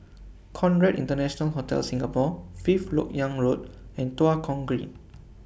Conrad International Hotel Singapore Fifth Lok Yang Road and Tua Kong Green